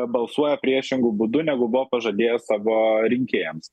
balsuoja priešingu būdu negu buvo pažadėję savo rinkėjams